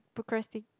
procrasti~